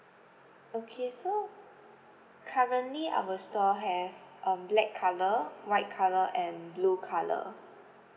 okay so currently our store have um black colour white colour and blue colour